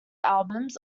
albums